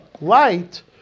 light